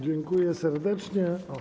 Dziękuję serdecznie.